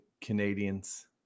Canadians